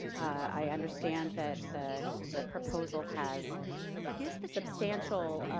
i understand that the the proposal has substantial